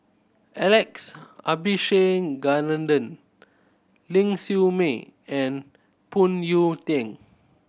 Alex Abisheganaden Ling Siew May and Phoon Yew Tien